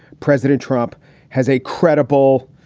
president trump has a credible,